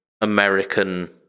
American